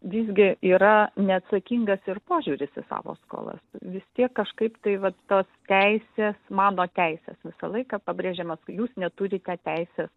visgi yra neatsakingas ir požiūris į savo skolas vis tiek kažkaip tai vat ta teisės mano teisės visą laiką pabrėžiama jūs neturite teisės